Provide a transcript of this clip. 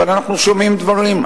אבל אנחנו שומעים דברים.